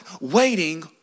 Waiting